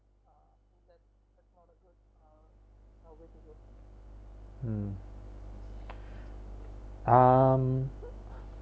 mm um